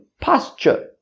posture